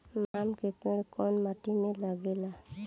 आम के पेड़ कोउन माटी में लागे ला?